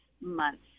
months